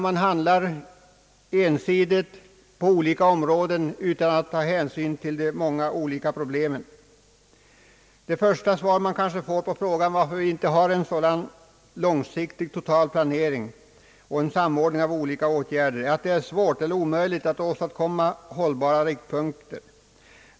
Man handlar ensidigt på olika områden utan att ta hänsyn till de många olika problemen. Det första svar som man kanske får på frågan varför vi inte har en sådan långsiktig totalplanering och en samordning av olika åtgärder är att det är svårt eller omöjligt att åstadkomma hållbara riktpunkter.